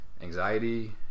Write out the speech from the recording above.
anxiety